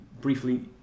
briefly